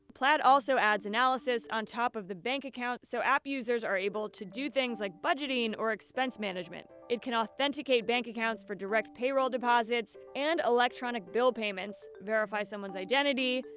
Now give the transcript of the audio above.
plaid also adds analysis on top of the bank account. so app users are able to do things like budgeting or expense management. it can authenticate bank accounts for direct payroll deposits and electronic bill payments, verify someone's identity,